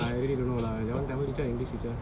I really don't know lah that [one] tamil or english teacher